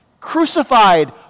Crucified